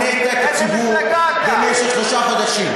אתה הונית את הציבור במשך שלושה חודשים.